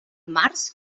març